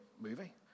movie